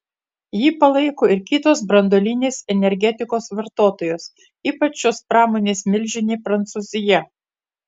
jį palaiko ir kitos branduolinės energetikos vartotojos ypač šios pramonės milžinė prancūzija